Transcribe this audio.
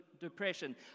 depression